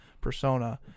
persona